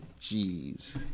Jeez